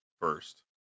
first